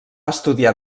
estudiar